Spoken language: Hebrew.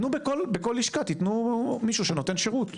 תנו בכל לשכה מישהו שנותן שירות,